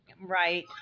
Right